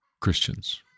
Christians